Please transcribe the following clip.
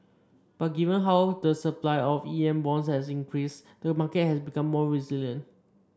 but given how the supply of E M bonds has increased the market has become more resilient